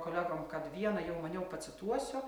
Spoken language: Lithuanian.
kolegom kad vieną jau maniau pacituosiu